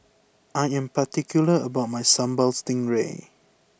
I am particular about my Symbal Stingray